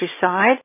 countryside